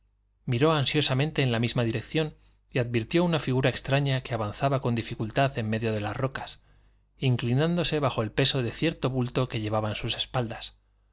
miró ansiosamente en la misma dirección y advirtió una figura extraña que avanzaba con dificultad en medio de las rocas inclinándose bajo el peso de cierto bulto que llevaba en sus espaldas